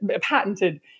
patented